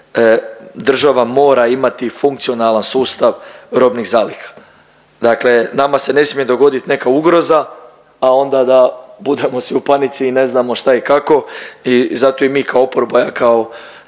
država mora imati funkcionalan sustav robnih zaliha. Dakle, nama se ne smije dogodit neka ugroza, a onda da budemo svi u panici i ne znamo šta i kako. I zato i mi kao oporba kao